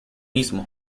mismo